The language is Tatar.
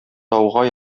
тауга